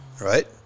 Right